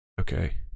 okay